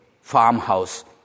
farmhouse